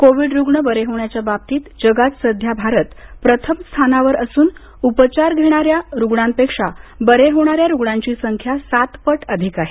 Covid रुग्ण बरे होण्याच्या बाबतीत जगात सध्या भारत प्रथम स्थानावर असून उपचार घेणाऱ्या रुग्णांपेक्षा बरे होणाऱ्या रुग्णांची संख्या सात पट अधिक आहे